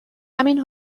همین